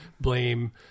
blame